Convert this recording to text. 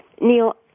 Neil